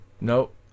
Nope